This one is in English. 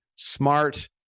smart